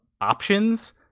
options